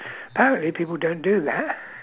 apparently people don't do that